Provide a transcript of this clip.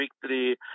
victory